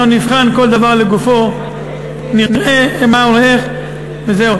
אנחנו נבחן כל דבר לגופו, נראה מה הולך, וזהו.